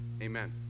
amen